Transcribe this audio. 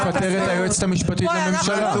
וכדי לפטר את היועצת המשפטית לממשלה.